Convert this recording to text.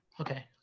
Okay